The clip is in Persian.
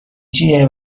جیه